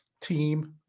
team